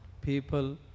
people